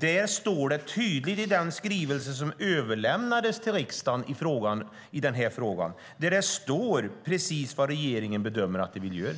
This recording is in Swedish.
Det står tydligt i den skrivelse som överlämnades till riksdagen i den här frågan precis vad regeringen bedömer att den vill göra.